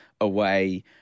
away